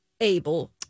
Able